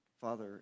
Father